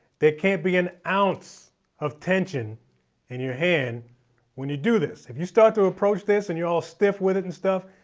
there can't be an ounce of tension in your hand when you do this. if you start to approach this and you're all stiff with it and stuff,